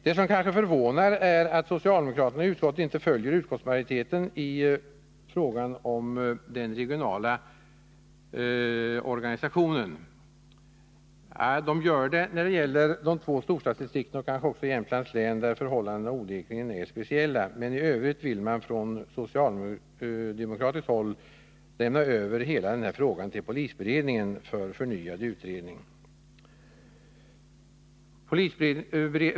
Det som kanske förvånar är att socialdemokraterna i utskottet inte följer utskottsmajoriteten i frågan om den regionala organisationen. De gör det när det gäller de två storstadsdistrikten och kanske också Jämtlands län, där förhållandena onekligen är speciella. Men i övrigt vill man från socialdemokratiskt håll lämna över hela den här frågan till polisberedningen för förnyad utredning.